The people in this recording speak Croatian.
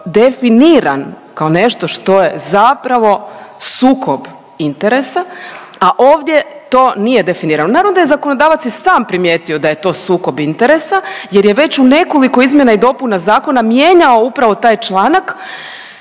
definiran kao nešto što je zapravo sukob interesa, a ovdje to nije definirano. Naravno da je zakonodavac i sam primijetio da je to sukob interesa jer je već u nekoliko izmjena i dopuna zakona mijenjao upravo taj članak